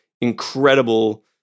incredible